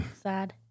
Sad